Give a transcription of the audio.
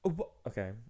Okay